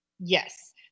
Yes